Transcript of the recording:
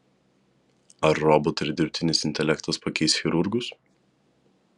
ar robotai ir dirbtinis intelektas pakeis chirurgus